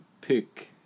pick